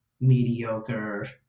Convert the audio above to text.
mediocre